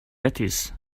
lettuce